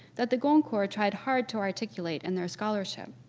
that the goncourt tried hard to articulate in their scholarship.